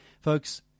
folks